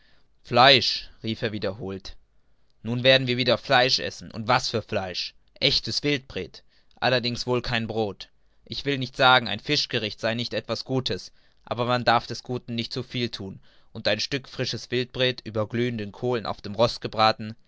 fleisch rief er wiederholt nun werden wir wieder fleisch essen und was für fleisch echtes wildpret allerdings wohl kein brod ich will nicht sagen ein fischgericht sei nicht etwas gutes aber man darf des guten nicht zu viel thun und ein stück frisches wildpret über glühenden kohlen auf dem rost gebraten